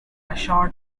short